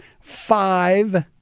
five